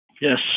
Yes